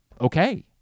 okay